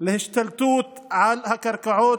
להשתלטות על הקרקעות